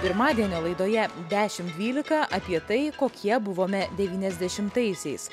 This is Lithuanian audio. pirmadienio laidoje dešim dvylika apie tai kokie buvome devyniasdešimtaisiais